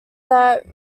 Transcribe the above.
that